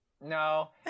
no